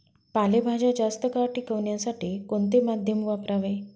पालेभाज्या जास्त काळ टिकवण्यासाठी कोणते माध्यम वापरावे?